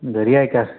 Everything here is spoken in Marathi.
घरी आहे का